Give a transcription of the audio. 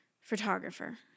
photographer